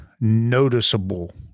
noticeable